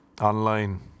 online